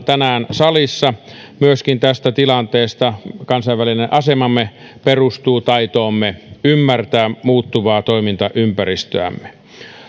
tänään myöskin täällä salissa keskustellaan tästä tilanteesta kansainvälinen asemamme perustuu taitoomme ymmärtää muuttuvaa toimintaympäristöämme